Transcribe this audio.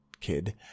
kid